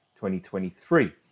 2023